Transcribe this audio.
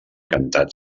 cantat